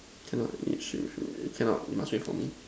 cannot you swim swim cannot you must wait for me